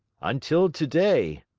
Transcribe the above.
until today,